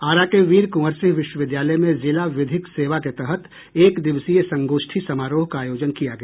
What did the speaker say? आरा के वीर कूंअर सिंह विश्वविदयालय में जिला विधिक सेवा के तहत एक दिवसीय संगोष्ठी समारोह का आयोजन किया गया